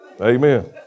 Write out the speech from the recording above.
Amen